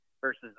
versus